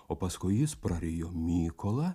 o paskui jis prarijo mykolą